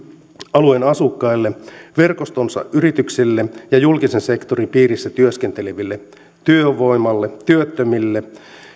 alueen asukkaille verkostonsa yrityksille ja julkisen sektorin piirissä työskenteleville työvoimalle työttömille